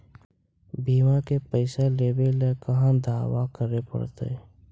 बिमा के पैसा लेबे ल कहा दावा करे पड़तै?